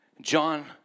John